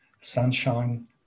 sunshine